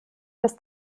das